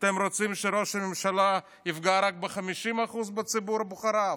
אתם רוצים שראש הממשלה יפגע רק ב-50% בציבור בוחריו?